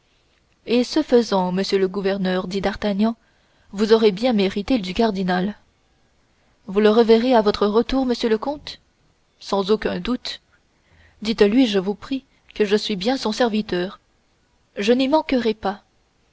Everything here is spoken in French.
et ce faisant monsieur le gouverneur dit d'artagnan vous aurez bien mérité du cardinal vous le reverrez à votre retour monsieur le comte sans aucun doute dites-lui je vous prie que je suis bien son serviteur je n'y manquerai pas